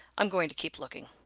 i'm going to keep looking.